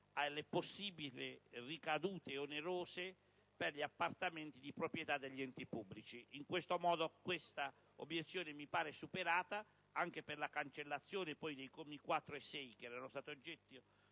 alle possibili ricadute onerose per gli appartamenti di proprietà degli enti pubblici. In questo modo, tale obiezione mi sembra superata, anche per la cancellazione dei commi 4 e 6, che erano stati oggetto